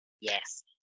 Yes